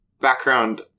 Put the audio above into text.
background